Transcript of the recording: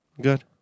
Good